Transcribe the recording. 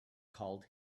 called